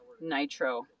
nitro